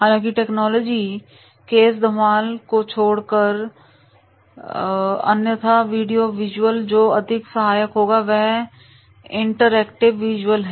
हालांकि टेक्नोलॉजी केस धमाल को छोड़कर अन्यथा वीडियो विजुअल जो अधिक सहायक होगा वह इंटरएक्टिव विजुअल है